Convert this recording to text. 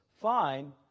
fine